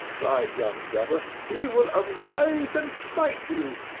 cried young drebber he will arise and smite you!